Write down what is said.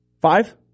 five